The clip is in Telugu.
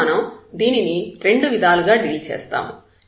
ఇప్పుడు మనం దీనిని రెండు విధాలుగా డీల్ చేస్తాము